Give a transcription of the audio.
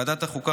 ועדת החוקה,